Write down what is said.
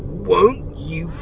won't. you.